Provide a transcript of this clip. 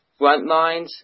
Frontlines